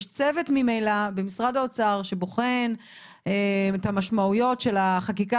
יש צוות ממילא במשרד האוצר שבוחן את המשמעויות של החקיקה